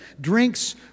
Drinks